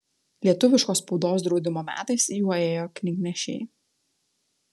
lietuviškos spaudos draudimo metais juo ėjo knygnešiai